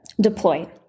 deploy